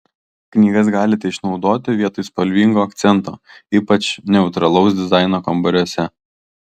knygas galite išnaudoti vietoj spalvingo akcento ypač neutralaus dizaino kambariuose